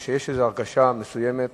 מכיוון שיש הרגשה מסוימת